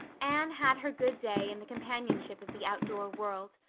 anne had her good day in the companionship of the outdoor world.